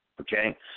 Okay